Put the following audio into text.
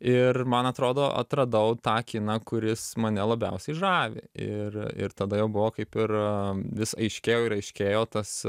ir man atrodo atradau tą kiną kuris mane labiausiai žavi ir ir tada jau buvo kaip aiškėjo tas